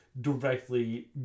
directly